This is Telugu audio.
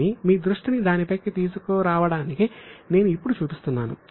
కాని మీ దృష్టిని దాని పైకి తీసుకురావడానికి నేను ఇప్పుడు చూపిస్తున్నాను